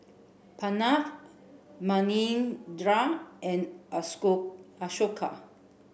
Pranav Manindra and Ashoka